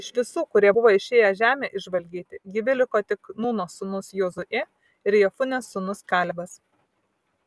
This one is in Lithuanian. iš visų kurie buvo išėję žemę išžvalgyti gyvi liko tik nūno sūnus jozuė ir jefunės sūnus kalebas